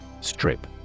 Strip